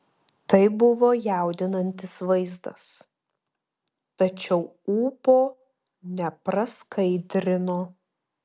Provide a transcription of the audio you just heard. tai buvo jaudinantis vaizdas tačiau ūpo nepraskaidrino